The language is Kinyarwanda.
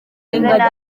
ingagi